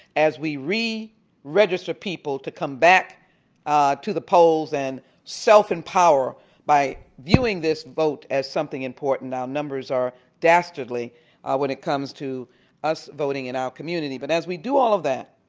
as we we re-register people to come back ah to the polls and self-empower by viewing this vote as something important. numbers are dastardly when it comes to us voting in our community. but as we do all of that,